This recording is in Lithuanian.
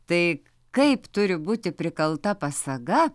taip kaip turi būti prikalta pasaga